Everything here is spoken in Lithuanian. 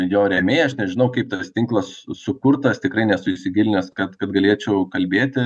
jo rėmėjai aš nežinau kaip tas tinklas sukurtas tikrai nesu įsigilinęs kad kad galėčiau kalbėti